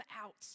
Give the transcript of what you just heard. out